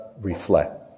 reflect